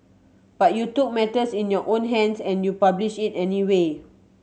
but you took matters in your own hands and you published it anyway